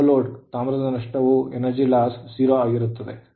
ತಾಮ್ರದ ನಷ್ಟವು energy loss 0 ಆಗಿದೆ